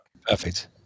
Perfect